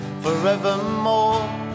forevermore